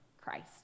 christ